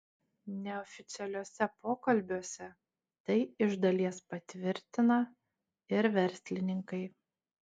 neoficialiuose pokalbiuose tai iš dalies patvirtina ir verslininkai